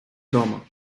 дома